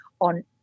on